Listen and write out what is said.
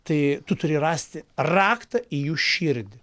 tai tu turi rasti raktą į jų širdį